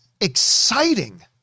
exciting